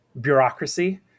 bureaucracy